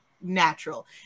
natural